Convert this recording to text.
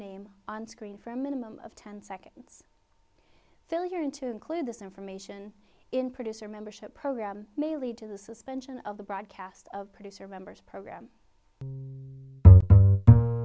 name on screen for a minimum of ten seconds failure and to include this information in producer membership program may lead to the suspension of the broadcast of producer members program